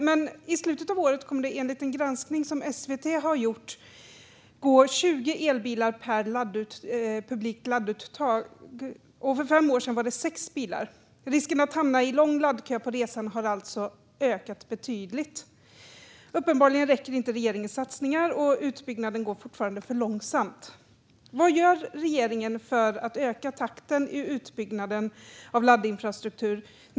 Men i slutet av året kommer det, enligt en granskning som SVT har gjort, att gå 20 elbilar per publikt ladduttag. För fem år sedan var det 6 bilar. Risken att hamna i lång laddkö på resan har alltså ökat betydligt. Uppenbarligen räcker inte regeringens satsningar. Och utbyggnaden går fortfarande för långsamt. Vad gör regeringen för att öka takten i utbyggnaden av laddinfrastruktur?